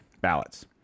ballots